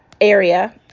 area